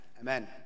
Amen